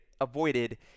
avoided